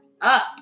up